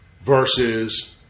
versus